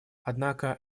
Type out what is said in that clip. однако